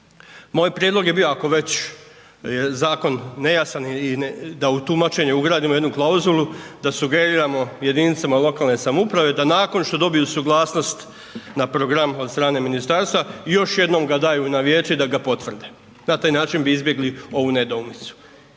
Moj prijedlog je bio ako već je zakon nejasan i da u tumačenju ugradimo jednu klauzulu, da sugeriramo jedinicama lokalne samouprave da nakon što dobiju suglasnost na program od strane ministarstva, još jednom ga daju na vijeće da ga potvrde. Na taj način bi izbjegli ovu nedoumicu